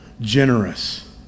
generous